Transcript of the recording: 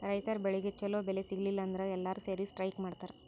ರೈತರ್ ಬೆಳಿಗ್ ಛಲೋ ಬೆಲೆ ಸಿಗಲಿಲ್ಲ ಅಂದ್ರ ಎಲ್ಲಾರ್ ಸೇರಿ ಸ್ಟ್ರೈಕ್ ಮಾಡ್ತರ್